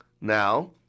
Now